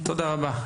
תודה רבה.